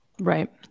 right